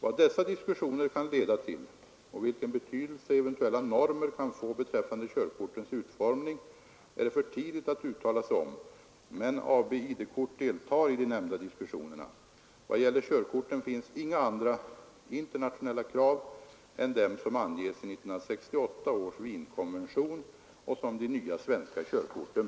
Vad dessa diskussioner kan leda till och vilken betydelse eventuella normer kan få beträffande körkortens utformning är det för tidigt att utala sig om, men AB ID-kort deltar i de nämnda diskussionerna. Vad gäller körkorten finns inga andra internationella krav än de som anges i 1968 års Nr 148